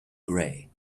gray